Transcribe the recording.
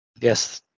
Yes